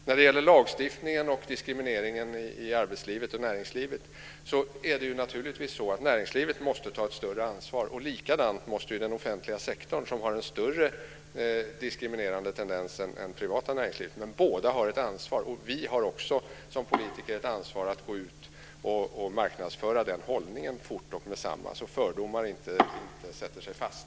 När det gäller lagstiftningen och diskrimineringen i arbetslivet och näringslivet är det naturligtvis så att näringslivet måste ta ett större ansvar. På samma sätt måste den offentliga sektorn göra, där tendensen till diskriminering är tydligare än i det privata näringslivet. Båda har ett ansvar. Vi har som politiker också ett ansvar för att gå ut och marknadsföra den hållningen meddetsamma, så att fördomar inte sätter sig fast.